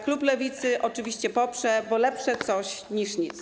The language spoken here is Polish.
Klub Lewicy oczywiście ją poprze, bo lepsze coś niż nic.